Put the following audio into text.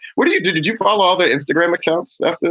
what do you do? did you follow all the instagram accounts? like yeah